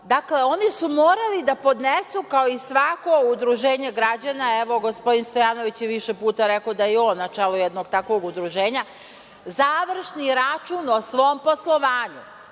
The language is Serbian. oni su morali da podnesu, kao i svako udruženje građana, evo gospodin Stojanović je više puta rekao da je i on na čelu jednog takvog udruženja, završni račun o svom poslovanju.